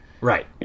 Right